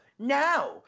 now